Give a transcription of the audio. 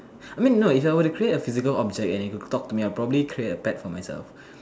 I mean no if I were to create a physical object and it will talk to me I'll probably create a pet for myself